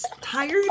tired